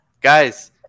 guys